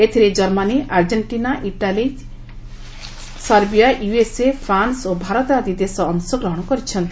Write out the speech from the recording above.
ଏଥରେ Germany Argentina Italy ଚେକ୍ ରୁଷ୍ ସର୍ବିଆ ୟୁଏସ୍ଏ ଫ୍ରାନ୍ବ ଓ ଭାରତ ଆଦି ଦେଶ ଅଂଶଗ୍ରହଣ କରିଛନ୍ତି